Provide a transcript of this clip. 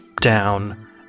down